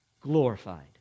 glorified